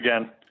again